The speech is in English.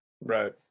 Right